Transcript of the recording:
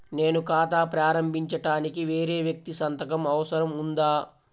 నేను ఖాతా ప్రారంభించటానికి వేరే వ్యక్తి సంతకం అవసరం ఉందా?